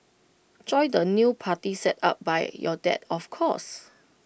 join the new party set up by your dad of course